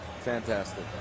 Fantastic